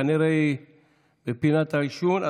כנראה היא בפינת עישון.